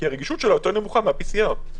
כי רגישותה נמוכה יותר מה-PCR.